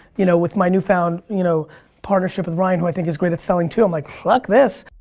you know with my new found you know partnership with ryan who i think is great at selling too, i'm like, fuck this.